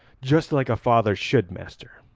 just like a father should, master,